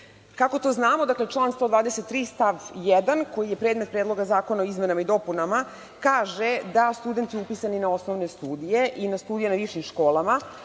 to znamo? Član 123. stav 1. koji je predmet predloga zakona o izmenama i dopunama kaže da studenti upisani na osnovne studije i na studije na višim školama